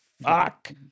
fuck